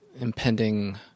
impending